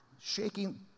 shaking